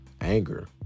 anger